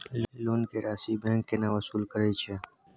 Loan के राशि bank केना वसूल करे छै?